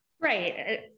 right